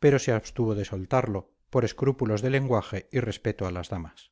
pero se abstuvo de soltarlo por escrúpulos de lenguaje y respeto a las damas